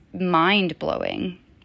mind-blowing